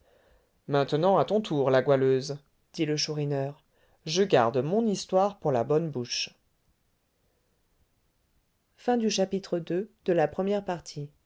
maintenant à ton tour la goualeuse dit le chourineur je garde mon histoire pour la bonne bouche